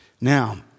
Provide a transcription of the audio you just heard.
Now